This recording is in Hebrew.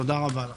תודה רבה לכם.